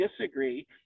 disagree